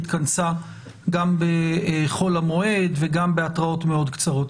התכנסה גם בחול המועד וגם בהתרעות מאוד קצרות.